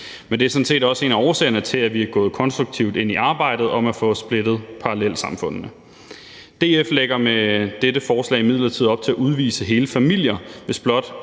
Men det er sådan set også en af årsagerne til, at vi er gået konstruktivt ind i arbejdet for at få splittet parallelsamfundene. DF lægger med dette forslag imidlertid op til at udvise hele familier, hvis blot